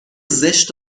زشت